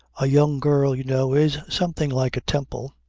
a young girl, you know, is something like a temple.